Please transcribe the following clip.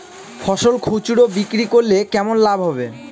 ফসল খুচরো বিক্রি করলে কেমন লাভ হবে?